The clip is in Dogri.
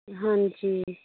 हां जी